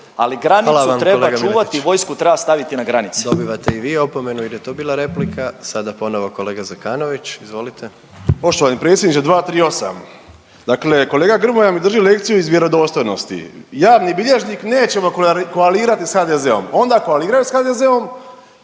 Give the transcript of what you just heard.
ali granicu treba čuvati, vojsku treba staviti na granice. **Jandroković, Gordan (HDZ)** Dobivate i vi opomenu jer je to bila replika. Sada ponovno kolega Zekanović, izvolite. **Zekanović, Hrvoje (HDS)** Poštovani predsjedniče 238. Dakle, kolega Grmoja mi drži lekciju iz vjerodostojnosti. Javni bilježnik, nećemo koalirati s HDZ-om, onda koaliraju s HDZ-om,